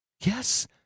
Yes